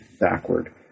backward